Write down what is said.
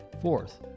Fourth